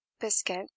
Biscuit